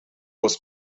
was